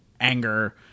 anger